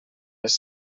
les